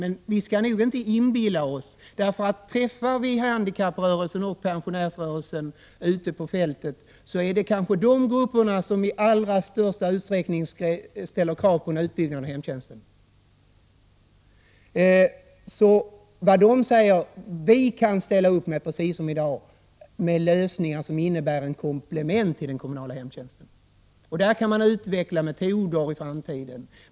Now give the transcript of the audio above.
Men om man träffar medlemmar från handikapprörelsen och pensionärsrörelsen ute på fältet kan man konstatera att det är de grupperna som kanske i allra största utsträckning ställer krav på utbildning när det gäller hemtjänsten. Man säger inom dessa rörelser: Vi kan precis som i dag ställa upp med lösningar som innebär ett komplement till den kommunala hemtjänsten. På det området kan man utveckla metoder i framtiden.